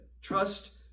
Trust